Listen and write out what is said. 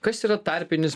kas yra tarpinis